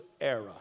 era